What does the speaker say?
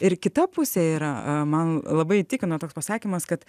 ir kita pusė yra man labai įtikino toks pasakymas kad